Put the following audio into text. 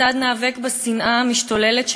כיצד ניאבק בשנאה המשתוללת,